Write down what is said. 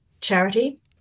charity